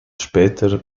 später